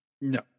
No